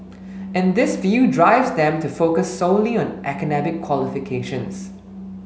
and this view drives them to focus solely on academic qualifications